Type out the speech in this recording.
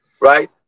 right